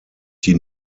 die